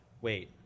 wait